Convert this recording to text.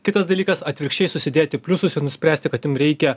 kitas dalykas atvirkščiai susidėti pliusus ir nuspręsti kad jum reikia